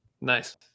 Nice